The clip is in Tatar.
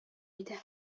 иде